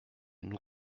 nous